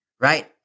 right